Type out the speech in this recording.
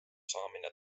saamine